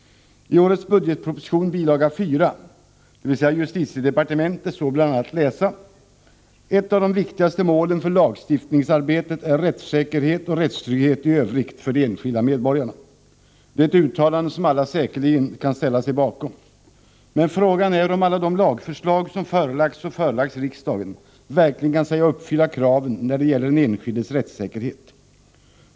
I årets budgetproposition, bil. 4, dvs. justitiedepartementets huvudtitel, står bl.a. att läsa: ”Ett av de viktigaste målen för lagstiftningsarbetet är rättssäkerhet och rättstrygghet i övrigt för de enskilda medborgarna.” Det är en formulering som alla säkerligen kan ställa sig bakom. Men frågan är om alla de lagförslag som förelagts och föreläggs riksdagen verkligen kan sägas uppfylla kraven när det gäller den enskildes rättssäkerhet.